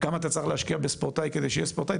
כמה אתה צריך להשקיע בספורטאי כדי שיהיה ספורטאי,